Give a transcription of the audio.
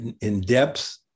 in-depth